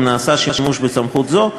אם נעשה שימוש בסמכות זו,